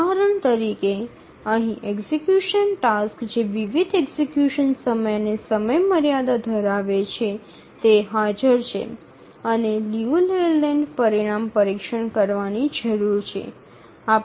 ઉદાહરણ તરીકે અહીં એક્ઝિકયુશન ટાસક્સ જે વિવિધ એક્ઝિકયુશન સમય અને સમયમર્યાદા ધરાવે છે તે હાજર છે અને લિયુ લેલેન્ડ પરિણામ પરીક્ષણ કરવાની જરૂર છે